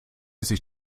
sich